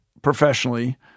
Professionally